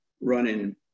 running